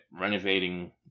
renovating